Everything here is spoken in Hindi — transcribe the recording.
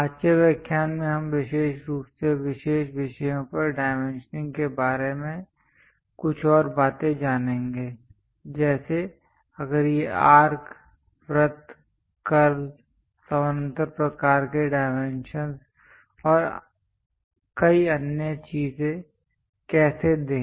आज के व्याख्यान में हम विशेष रूप से विशेष विषयों पर डाइमेंशनिंग देने के बारे में कुछ और बातें जानेंगे जैसे अगर ये आर्क वृत्त कर्व्स समानांतर प्रकार के डाइमेंशंस और कई अन्य चीजें कैसे दें